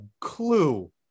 clue